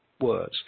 words